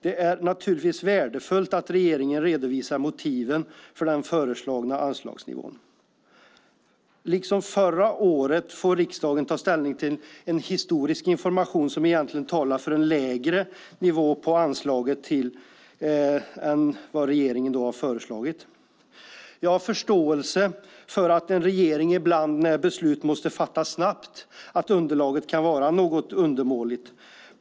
Det är naturligtvis värdefullt att regeringen redovisar motiven för den föreslagna anslagsnivån. Liksom förra året får riksdagen också i år ta ställning till en historisk information som egentligen talar för en lägre nivå på anslaget än vad regeringen har föreslagit. Jag har förståelse för att underlaget när beslut snabbt måste fattas ibland kan vara något undermåligt.